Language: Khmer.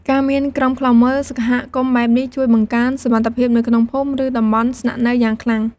ការមានក្រុមឃ្លាំមើលសហគមន៍បែបនេះ ជួយបង្កើនសុវត្ថិភាពនៅក្នុងភូមិ ឬតំបន់ស្នាក់នៅយ៉ាងខ្លាំង។